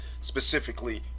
specifically